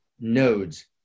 nodes